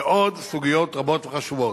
ועוד סוגיות רבות וחשובות.